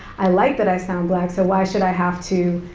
i like that i sound black, so why should i have to